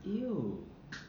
!eww!